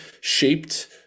shaped